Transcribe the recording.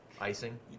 Icing